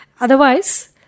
Otherwise